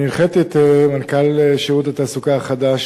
אני הנחיתי את מנכ"ל שירות התעסוקה החדש,